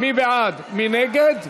מי בעד?